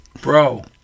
Bro